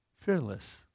fearless